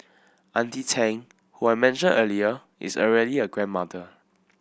Auntie Tang who I mentioned earlier is already a grandmother